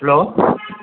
hello